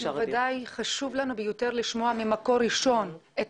חשוב לנו ביותר לשמוע ממקור ראשון את